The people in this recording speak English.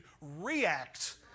react